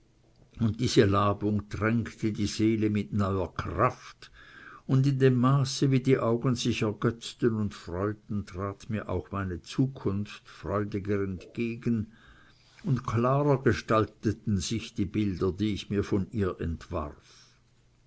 und diese labung tränkte die seele mit neuer kraft und in dem maße wie die augen sich ergötzten und freuten trat mir auch meine zukunft freudiger entgegen und klarer gestalteten sich die bilder die ich mir von ihr entwarf